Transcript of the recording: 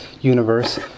universe